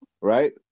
right